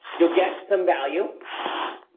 you'll get some value.